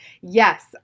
Yes